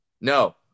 No